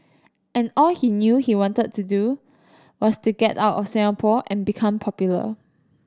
and all he knew he wanted to do was to get out of Singapore and become popular